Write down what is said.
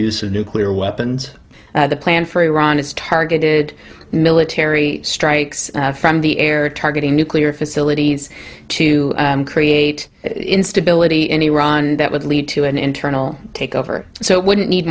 use of nuclear weapons the plan for iran has targeted military strikes and from the air targeting nuclear facilities to create instability in iran that would lead to an internal takeover so it wouldn't need